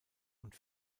und